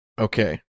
Okay